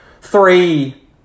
three